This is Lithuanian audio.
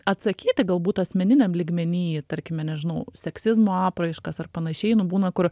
atsakyti galbūt asmeniniam lygmeny tarkime nežinau seksizmo apraiškas ar panašiai nu būna kur